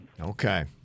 Okay